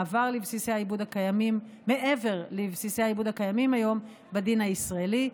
מעבר לבסיסי העיבוד הקיימים היום בדין הישראלי.